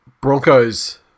Broncos